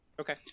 Okay